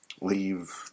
leave